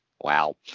Wow